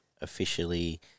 officially